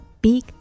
big